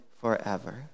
forever